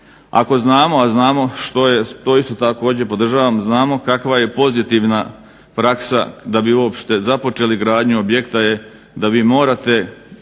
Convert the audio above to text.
Ako znamo, a znamo što je to isto također podržavam znamo kakva je pozitivna praksa da bi uopšte započeli gradnju objekta je da vi morate